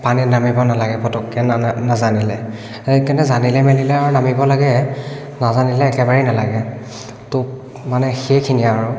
পানীত নামিব নালাগে পতককৈ নানা নাজানিলে সেইকাৰণে জানিলে মেলিলে আৰু নামিব লাগে নাজানিলে একেবাৰে নালাগে তো মানে সেইখিনিয়ে আৰু